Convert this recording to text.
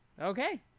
Okay